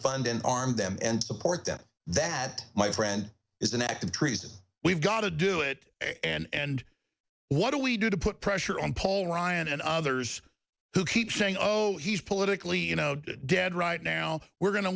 fund and arm them and support them that my friend is an act of treason we've got to do it and what do we do to put pressure on paul ryan and others who keep saying oh oh he's politically you know dead right now we're going to